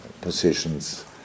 positions